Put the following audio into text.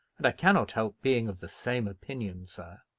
and i cannot help being of the same opinion, sir.